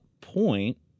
point